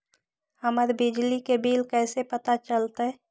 हमर बिजली के बिल कैसे पता चलतै?